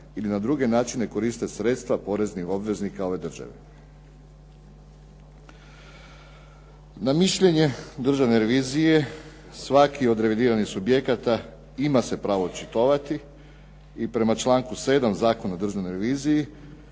ili na druge načine koriste sredstva poreznih obveznika ove države. Na mišljenje državne revizije svaki od revidiranih subjekata ima se pravo očitovati i prema članku 7. Zakona o državnoj reviziji